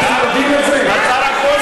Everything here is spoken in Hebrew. השר אקוניס,